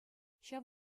ҫав